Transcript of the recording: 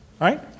right